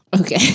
Okay